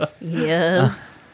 Yes